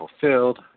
fulfilled